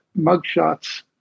mugshots